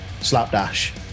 Slapdash